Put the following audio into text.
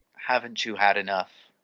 haven't you had enough?